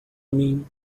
mean